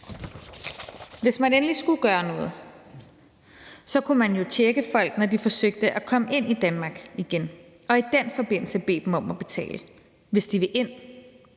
Hvis man endelig skulle gøre noget, kunne man jo tjekke folk, når de forsøgte at komme ind i Danmark igen og i den forbindelse bede dem om at betale, hvis de vil ind.